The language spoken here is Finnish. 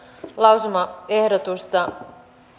lausumaehdotusta